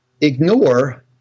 ignore